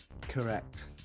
Correct